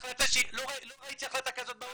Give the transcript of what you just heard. לא ראיתי החלטה כזאת בעולם,